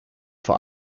vor